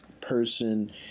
person